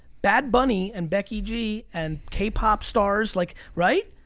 bad bunny and becky g and k-pop stars, like right?